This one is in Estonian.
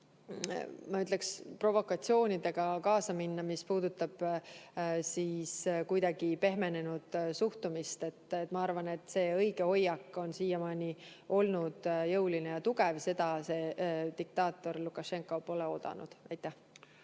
ma ütleks, provokatsioonidega kaasa minna, mis puudutab kuidagi pehmenenud suhtumist. Ma arvan, et õige hoiak on siiamaani olnud jõuline ja tugev, seda diktaator Lukašenka pole oodanud.